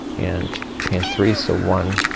and chain three. so one,